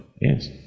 Yes